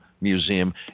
Museum